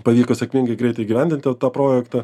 pavyko sėkmingai greitai įgyvendinti tą projektą